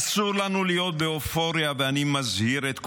אסור לנו להיות באופוריה, ואני מזהיר את כולנו.